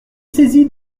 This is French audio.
saisie